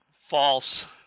False